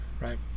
right